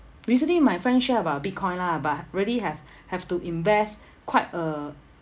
recently my friend share about bitcoin lah but really have have to invest quite a